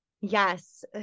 Yes